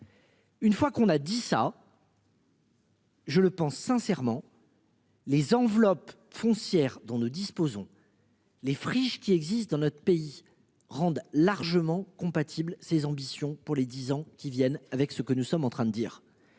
Une fois qu'on a dit ça. Je le pense sincèrement. Les enveloppes foncière dont nous disposons. Les friches qui existent dans notre pays rendent largement compatible ses ambitions pour les 10 ans qui viennent avec ce que nous sommes en train de dire.